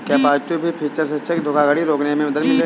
क्या positive pay feature से cheque धोखाधड़ी रोकने में मदद मिलेगी?